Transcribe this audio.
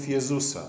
Jesus